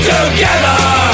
Together